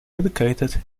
educated